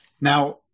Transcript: Now